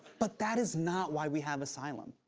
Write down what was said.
but that is not why we have asylum.